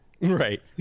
right